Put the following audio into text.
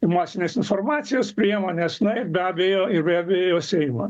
masinės informacijos priemones na ir be abejo ir be abejo seimą